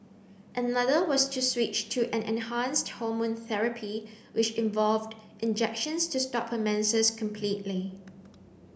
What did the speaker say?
another was to switch to an enhanced hormone therapy which involved injections to stop her menses completely